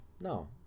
no